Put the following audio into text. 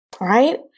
right